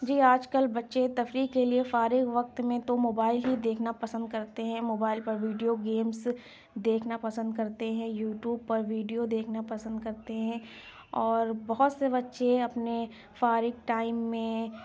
جی آج کل بچے تفریح کے لیے فارغ وقت میں تو موبائل ہی دیکھنا پسند کرتے ہیں موبائل پر ویڈیو گیمس دیکھنا پسند کرتے ہیں یوٹوب پر ویڈیو دیکھنا پسند کرتے ہیں اور بہت سے بچے اپنے فارغ ٹائم میں